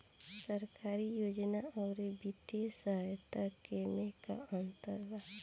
सरकारी योजना आउर वित्तीय सहायता के में का अंतर बा?